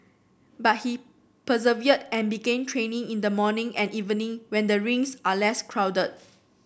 but he persevered and began training in the morning and evening when the rinks are less crowded